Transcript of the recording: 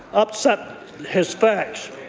upset his facts.